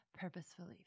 purposefully